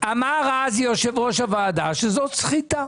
שזאת סחיטה.